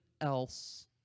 else